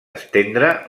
estendre